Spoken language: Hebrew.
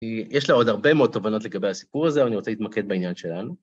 יש לה עוד הרבה מאוד תובנות לגבי הסיפור הזה, אבל אני רוצה להתמקד בעניין שלנו.